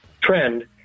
trend